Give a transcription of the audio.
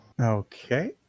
Okay